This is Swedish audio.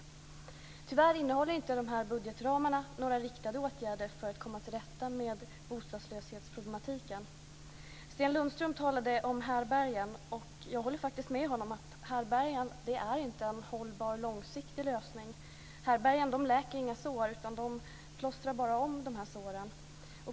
Tyvärr innehåller dessa budgetramar inte några riktade åtgärder för att man ska komma till rätta med bostadslöshetsproblematiken. Sten Lundström talade om härbärgen, och jag håller faktiskt med honom om att härbärgen inte är en långsiktigt hållbar lösning. Härbärgen läker inga sår, utan de plåstrar bara om såren.